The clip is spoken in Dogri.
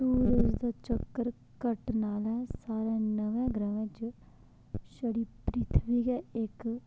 सूरज़ दा चक्कर कट्टने आह्ले साढ़े नवें ग्रैंहें च छड़ी पृथ्वी गै इक